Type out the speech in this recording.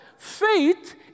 Faith